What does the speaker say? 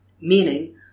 meaning